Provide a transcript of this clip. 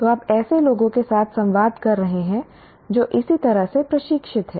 तो आप ऐसे लोगों के साथ संवाद कर रहे हैं जो इसी तरह से प्रशिक्षित हैं